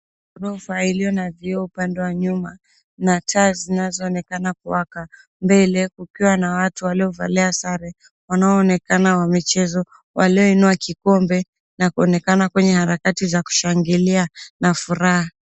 Ghorofa iliyo na vioo upande wa nyuma na taa zinazoonekana kuwaka, mbele kukiwa na watu waliovalia sare wanaoonekana wa michezo walioinua kikombe na kuonekana kwenye harakati za kushangilia na furaha.